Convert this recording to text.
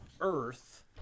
earth